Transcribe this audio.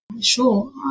Sure